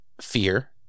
fear